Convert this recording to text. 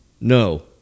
No